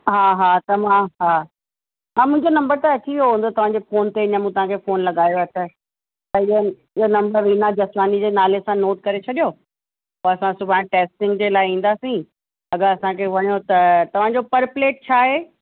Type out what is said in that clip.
हा हा त मां हा हा मुंहिंजो नम्बर त अची वियो हूंदो तव्हांजे फ़ोन ते हींअर मूं तव्हांखे फ़ोन लॻायो आहे त त इहो इहो नम्बर वीना जसवानी जे नाले सां नोट करे छॾियो पोइ असां सुभाणे टेस्टिंग जे लाइ ईंदासीं अगरि असांखे वणियो त तव्हांजो पर प्लेट छा आहे